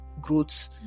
growth